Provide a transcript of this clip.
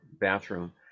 bathroom